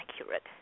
accurate